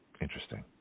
Interesting